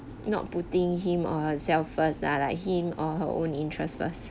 not putting him or herself first lah like him or her own interests first